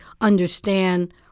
understand